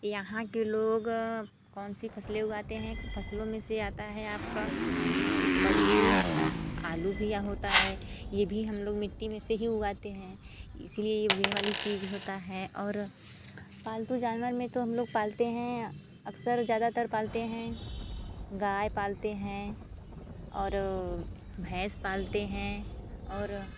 यहाँ के लोग कौन सी फ़सलें उगाते हैं फ़सलों में से आता है आप का कद्दू आलू भी यहाँ होता है ये भी हम लोग मिट्टी में से ही उगाते हैं इसी लिए ये उगने वाली चीज़ होती है और पालतू जानवर में तो हम लोग पालते हैं अक्सर ज़्यादातर पालते हैं गाय पालते हैं और भैंस पालते हैं और